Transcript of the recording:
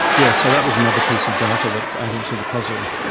yes, so that was another piece of data that added to the puzzle.